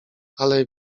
ale